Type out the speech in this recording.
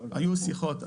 היו שיחות.